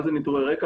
מה זה "ניטורי רקע"?